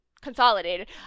Consolidated